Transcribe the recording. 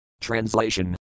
Translation